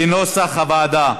כנוסח הוועדה.